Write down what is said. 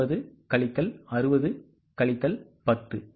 80 கழித்தல் 60 கழித்தல் 10